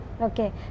Okay